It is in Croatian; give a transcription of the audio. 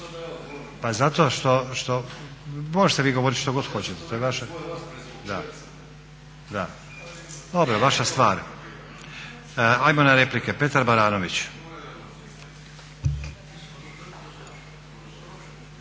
razumije./ … Možete vi govoriti što god hoćete. Vaša stvar. Ajmo na replike. Petar Baranović.